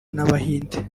n’abahinde